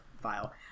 file